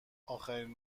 اخرین